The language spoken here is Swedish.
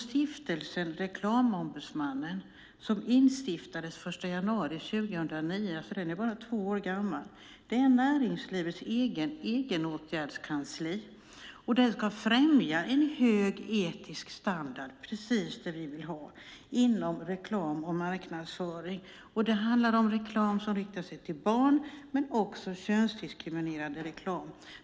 Stiftelsen Reklamombudsmannen som instiftades den 1 januari 2009, den är bara två år gammal, är näringslivets egenåtgärdskansli. Den ska främja en hög etisk standard, precis det vi vill ha, inom reklam och marknadsföring. Det handlar om reklam som riktar sig till barn men också könsdiskriminerande reklam.